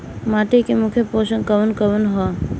माटी में मुख्य पोषक कवन कवन ह?